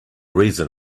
reason